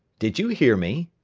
did you hear me?